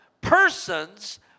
persons